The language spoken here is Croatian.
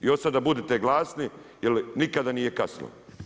I od sada budite glasni jer nikada nije kasno.